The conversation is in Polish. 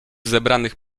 zebranych